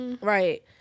right